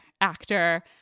actor